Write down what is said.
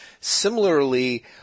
Similarly